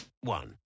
one